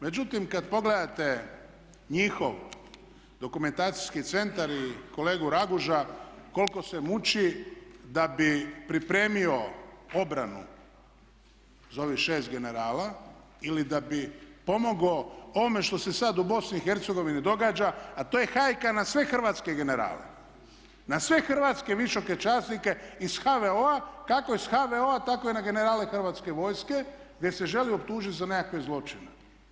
Međutim, kad pogledate njihov dokumentacijski centar i kolegu Raguža koliko se muči da bi pripremio obranu za ovih šest generala ili da bi pomogao ovome što se sada u Bosni i Hercegovini događa a to je hajka na sve hrvatske generale, na sve hrvatske visoke časnike iz HVO-a, kako iz HVO-a tako i na generale Hrvatske vojske gdje se želi optužiti za nekakve zločine.